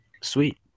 Sweet